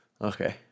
Okay